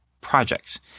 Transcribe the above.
projects